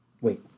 wait